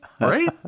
Right